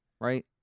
Right